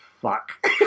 fuck